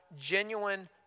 genuine